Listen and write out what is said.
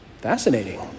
Fascinating